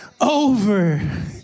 over